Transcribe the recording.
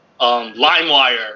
*Limewire*